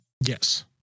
Yes